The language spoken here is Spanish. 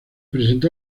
presentó